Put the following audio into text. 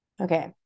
Okay